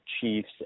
Chiefs